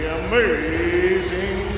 amazing